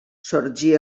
sorgí